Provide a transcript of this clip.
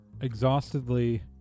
exhaustedly